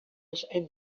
various